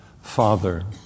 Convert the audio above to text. Father